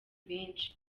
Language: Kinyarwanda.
benshi